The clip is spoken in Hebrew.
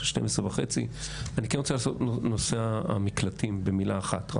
12:30. אני כן רוצה להתייחס לנושא המקלטים במילה אחת.